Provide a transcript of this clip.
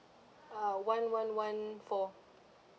ah one one one four